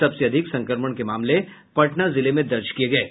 सबसे अधिक संक्रमण के मामले पटना जिले में दर्ज किये गये हैं